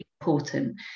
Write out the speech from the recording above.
important